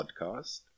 podcast